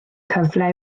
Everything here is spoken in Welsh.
cyfle